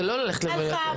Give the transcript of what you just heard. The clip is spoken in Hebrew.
זה לא ללכת לבקר.